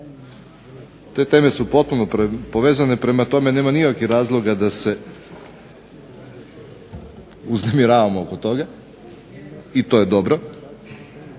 Te teme su potpuno povezane, prema tome, nema nikakvih razloga da se uznemiravamo oko toga i to je dobro.